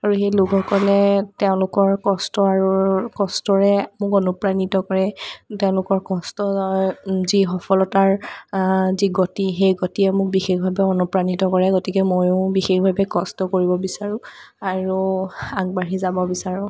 আৰু সেই লোকসকলে তেওঁলোকৰ কষ্টৰ আৰু কষ্টৰে মোক অনুপ্ৰাণিত কৰে তেওঁলোকৰ কষ্টৰ যি সফলতাৰ যি গতি সেই গতিয়ে মোক বিশেষভাৱে অনুপ্ৰাণিত কৰে গতিকে মইও বিশেষভাৱে কষ্ট কৰিব বিচাৰোঁ আৰু আগবাঢ়ি যাব বিচাৰোঁ